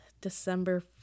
December